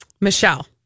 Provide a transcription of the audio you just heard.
Michelle